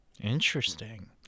Interesting